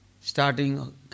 starting